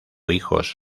hijos